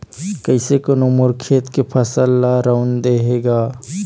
कइसे कोनो मोर खेत के फसल ल रंउद दे हे का?